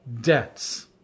debts